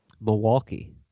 Milwaukee